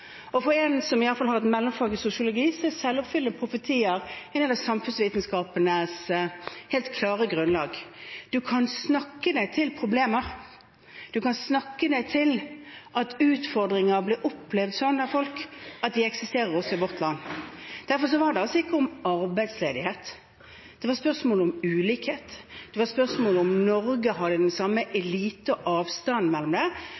For en som i alle fall har mellomfag i sosiologi, er selvoppfyllende profetier en del av samfunnsvitenskapenes helt klare grunnlag. Man kan snakke seg til problemer. Man kan snakke seg til at folk opplever at utfordringer også eksisterer også i vårt land. Det handlet altså ikke om arbeidsledighet, det var spørsmål om ulikhet. Det var spørsmål om Norge har den samme eliten og avstanden til den, som var bakgrunnen for diskusjonen. Jeg mener det